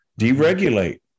deregulate